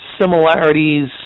similarities